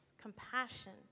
compassion